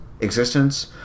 existence